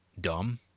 dumb